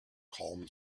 calm